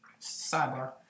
Sidebar